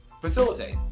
facilitate